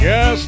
Yes